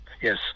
Yes